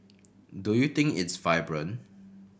do you think it's vibrant